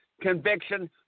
conviction